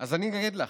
אז אני אגיד לך.